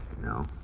No